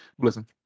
Listen